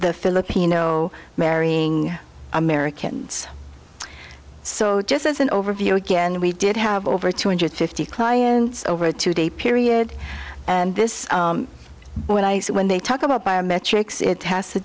the filipino marrying americans so just as an overview again we did have over two hundred fifty clients over a two day period and this when i say when they talk about biometrics it has to